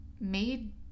made